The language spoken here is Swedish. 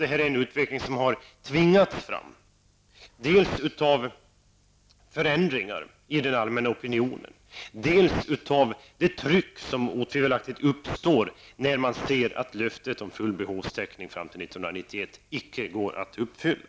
Det här är en utveckling som har tvingats fram dels av förändringar i den allmänna opinionen, dels av det tryck som otvivelaktigt uppstår när man ser att löftet om full behovstäckning fram till 1991 inte går att uppfylla.